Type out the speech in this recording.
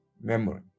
memory